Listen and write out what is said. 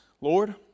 Lord